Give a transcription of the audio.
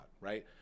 right